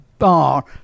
Bar